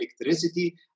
electricity